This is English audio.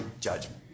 judgment